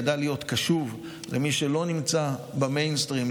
ידע להיות קשוב למי שלא נמצא במיינסטרים,